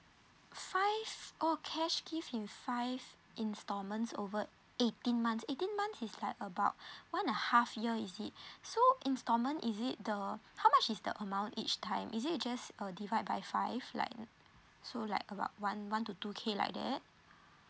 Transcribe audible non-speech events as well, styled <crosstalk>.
five oh cash gift in five installments over eighteen months eighteen months is like about <breath> one and a half year is it <breath> so installment is it the how much is the amount each time is it just uh divide by five like so like about one one to two K like that